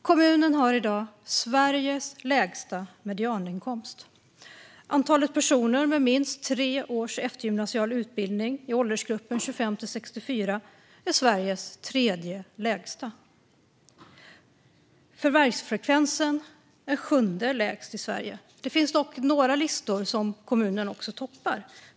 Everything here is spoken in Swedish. Kommunen har i dag Sveriges lägsta medianinkomst. Andelen personer med minst tre års eftergymnasial utbildning i åldersgruppen 25-64 år är Sveriges tredje lägsta. Förvärvsfrekvens är sjunde lägst i Sverige. Det finns dock några listor som kommunen toppar.